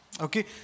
Okay